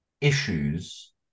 issues